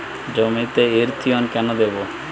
জমিতে ইরথিয়ন কেন দেবো?